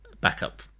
backup